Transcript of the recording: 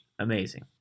amazing